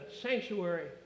sanctuary